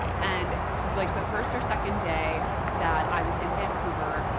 and like the first or second day that i was in vancouver,